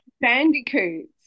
bandicoots